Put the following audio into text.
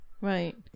Right